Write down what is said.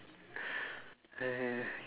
uh